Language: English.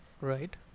right